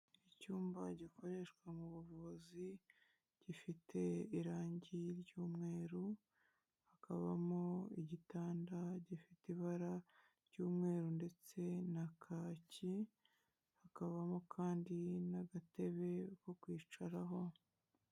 Icyumba gikoreshwa mu buvuzi, gifite irangi ry'umweru, hakabamo igitanda gifite ibara ry'umweru ndetse na kaki, hakabamo kandi n'agatebe ko kwicaraho.